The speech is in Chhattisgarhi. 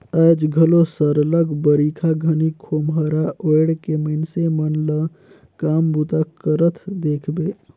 आएज घलो सरलग बरिखा घनी खोम्हरा ओएढ़ के मइनसे मन ल काम बूता करत देखबे